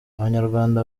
abanyarwanda